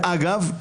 אגב,